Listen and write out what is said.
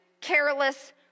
careless